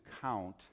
count